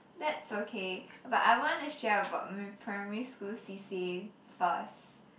that's okay but I wanna share about my primary school c_c_a first